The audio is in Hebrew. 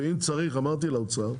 ואם צריך, אמרתי לאוצר,